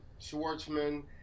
Schwartzman